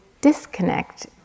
disconnect